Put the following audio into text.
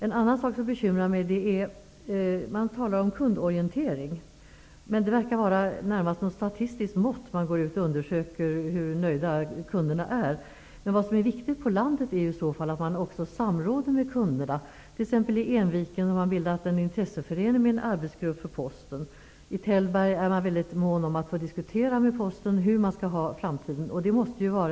En annan sak som bekymrar mig är att man talar om kundorientering. Men det verkar som om det är ett statistiskt mått där man undersöker hur nöjda kunderna är. Vad som är viktigt på landet är att man också samråder med kunderna. Man har t.ex. i Enviken bildat en intresseförening med en arbetsgrupp för Posten. I Tällberg är man mycket mån om att kunna diskutera med Posten om hur framtiden skall se ut.